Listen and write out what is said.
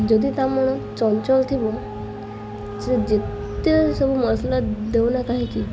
ଯଦି ତା ମନ ଚଞ୍ଚଳ ଥିବ ସେ ଯେତେ ସବୁ ମସଲା ଦେଉ ନା କାହିଁକି